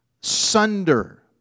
sunder